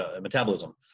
metabolism